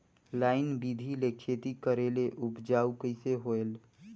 Line बिधी ले खेती करेले उपजाऊ कइसे होयल?